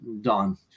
done